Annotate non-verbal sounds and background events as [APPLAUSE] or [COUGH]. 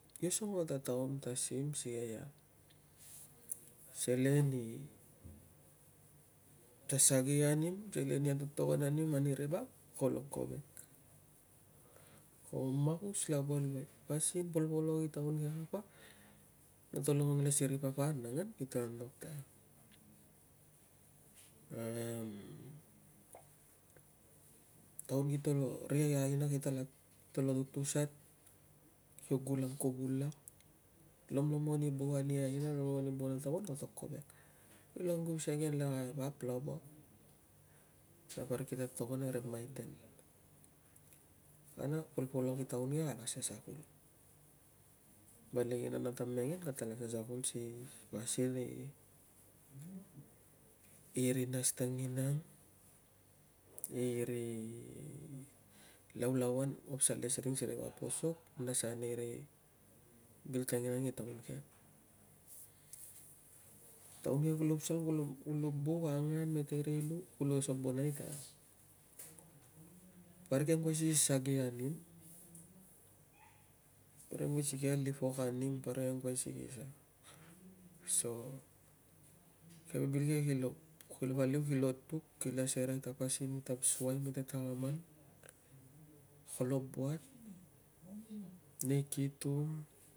Kio songo ua ta taum, tasim sikei a selen i sasagi anim, selen i atotogon anim, ani ri vap kolo kovek. Ko magus lava luai. Pasin polpolok i taun ke kapa, noto longong le si ri papa anangan, kita antok ta [HESITATION] taun kito lo, ri aina kito lo tutusan, kio gulang kuvul lak. Lomlomon i buk ani aina, lomlomon i buk ani tauan ko to kovek. [UNINTELLIGIBLE] kian la vap lava na parik ki ta togon a ri maiten. Kana polpolok i taun ke kala sasakol. Val lenginang nata mengen katala sasakol si pasin i ri nas tanginang, i ri laulauan ko pasal le si ring si ri vap posok, nas ani ri bil tanginang i taun ke. Taun ke kulo pasal, kulo buk angan mete ri lu, kulo sabonai ta parik kia angkuai si ki sasagi anim [NOISE] parik kia angkuai si ki ali pok anim, parik kia angkuai si ki sa so keve bil ke ki lo paliu, kilo duk, kila serei ta pasin i tab suai mete takaman. Kolo buat neikitung.